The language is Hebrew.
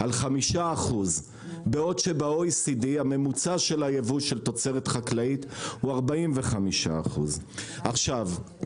על 5%. בעוד שב-OECD הממוצע של הייבוא של תוצרת חקלאית הוא 45%. עכשיו,